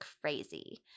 crazy